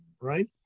right